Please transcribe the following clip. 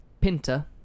Pinta